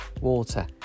water